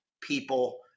people